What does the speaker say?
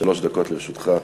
שלוש דקות לרשותך.